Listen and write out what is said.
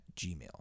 gmail